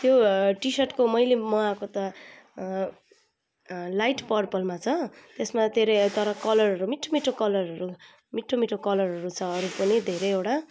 त्यो टिसर्टको मैले मगाएको त लाइट पर्पलमा छ त्यसमा तर कलरहरू मिठो मिठो कलरहरू मिठो मिठो कलरहरू छ अरू पनि धेरैवटा